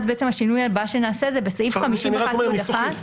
אז השינוי הבא שנעשה הוא בסעיף 55. זה עניין ניסוחי.